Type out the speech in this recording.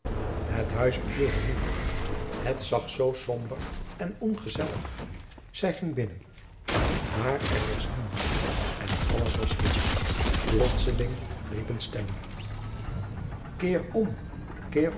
het huis beviel haar niet het zag zoo somber en ongezellig zij ging binnen maar er was niemand en alles was stil plotseling riep een stem keer om keer